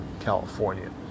California